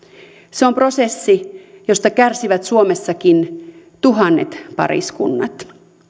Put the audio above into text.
se on prosessi josta kärsivät suomessakin tuhannet pariskunnat